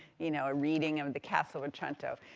you know, a reading of the castle of otranto.